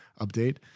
update